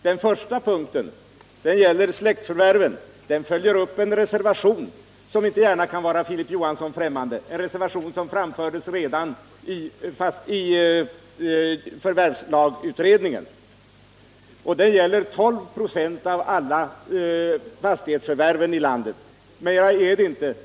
Den första punkten gäller släktförvärv. Den följer upp en reservation som inte gärna kan vara Filip Johansson främmande. Den framfördes redan i förvärvslagutredningen. Det gäller 12 96 av fastighetsförvärven i landet.